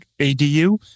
ADU